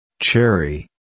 Cherry